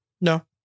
No